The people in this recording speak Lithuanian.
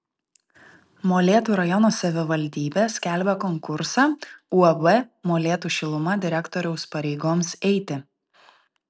molėtų rajono savivaldybė skelbia konkursą uab molėtų šiluma direktoriaus pareigoms eiti